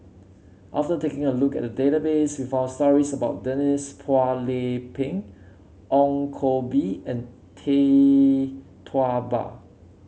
after taking a look at the database we found stories about Denise Phua Lay Peng Ong Koh Bee and Tee Tua Ba